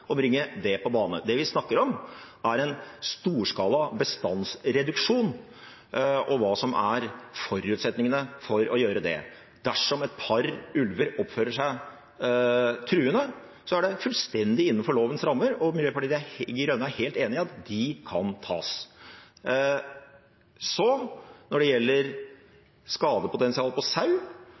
å bringe det på banen. Det vi snakker om, er en storskala bestandsreduksjon og hva som er forutsetningene for å gjøre det. Dersom et par ulver oppfører seg truende, er det fullstendig innenfor lovens rammer – og Miljøpartiet De Grønne er helt enig i dette – at de kan tas. Når det gjelder